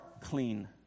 clean